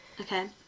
Okay